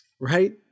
right